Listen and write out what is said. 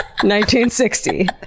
1960